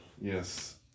Yes